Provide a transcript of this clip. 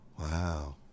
Wow